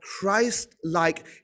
Christ-like